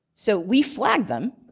so we flagged them.